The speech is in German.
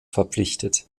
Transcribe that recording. verpflichtet